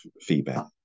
feedback